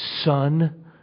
Son